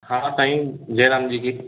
हा हा साईं जय राम जी की